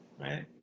right